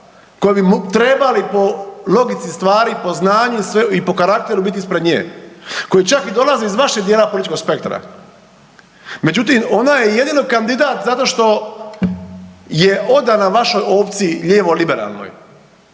koji bi trebali po logici stvari, po znanju i po karakteru biti ispred nje, koji čak i dolaze iz vašeg dijela političkog spektra. Međutim, ona je jedino kandidat zato što je odana vašoj opciji lijevo liberalnoj